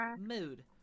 mood